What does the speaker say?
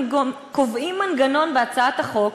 הם גם קובעים מנגנון בהצעת החוק,